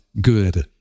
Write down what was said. good